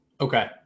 Okay